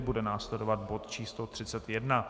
Bude následovat bod číslo 31.